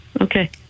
Okay